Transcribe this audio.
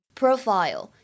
profile